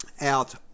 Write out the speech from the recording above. out